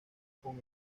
con